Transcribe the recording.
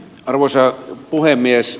arvoisa puhemies